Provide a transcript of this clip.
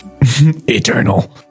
Eternal